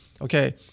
okay